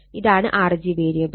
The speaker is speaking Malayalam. ഇതാണ് Rg വേരിയബിൾ